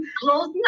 close